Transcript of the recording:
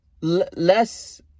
less